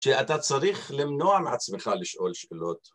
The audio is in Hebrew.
שאתה צריך למנוע מעצמך לשאול שאלות